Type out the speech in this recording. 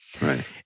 Right